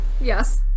Yes